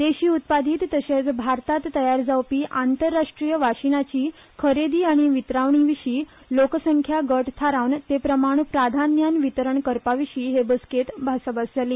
देशी उत्पादीत तशेंच भारतात तयार जावपी आंतरराष्ट्रीय वाशिनाची खरेदी आनी वितरणाविशीं लोकसंख्या गट थारावन ते प्रमाण प्राधान्यान वितरण करपाविर्शी हे बसकेंत भासाभास जाली